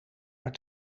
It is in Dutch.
maar